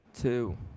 Two